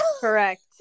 Correct